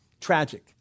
Tragic